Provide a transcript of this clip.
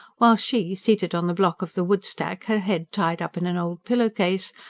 while she, seated on the block of the woodstack, her head tied up in an old pillow-case,